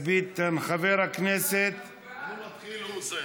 ביטן, חבר הכנסת, אני מתחיל, הוא מסיים.